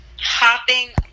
hopping